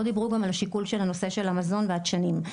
דיברו גם על השיקול של הנושא של המזון והדשנים,